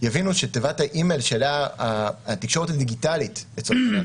יבינו שתיבת האימייל של האזרח התקשורת הדיגיטלית לצורך העניין